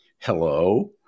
hello